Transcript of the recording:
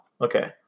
okay